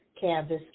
Canvas